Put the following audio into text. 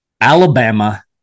Alabama